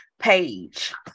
page